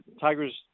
Tigers